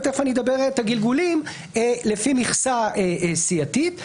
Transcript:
ותיכף אני אדבר על הגלגולים לפי מכסה סיעתית,